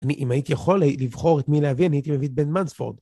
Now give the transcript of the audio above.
אם הייתי יכול לבחור את מי להבין הייתי מבין בן מנספורד.